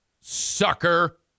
Sucker